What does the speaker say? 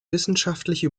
wissenschaftliche